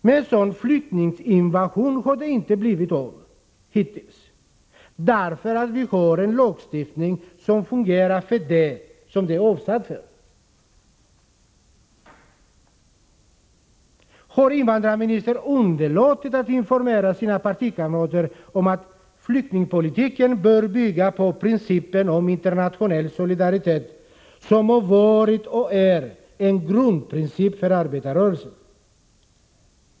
Men någon sådan flyktinginvasion har det inte blivit hittills, därför att vi har en lagstiftning som fungerar för det som den är avsedd för. Har invandrarministern underlåtit att informera sina partikamrater om att flyktingpolitiken bör bygga på principen om internationell solidaritet, som har varit och är en grundprincip för arbetarrörelsen?